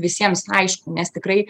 visiems aišku nes tikrai